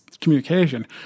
communication